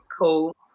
cool